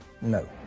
No